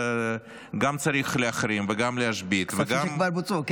גם צריך להחרים וגם להשבית וגם --- כספים שכבר בוצעו.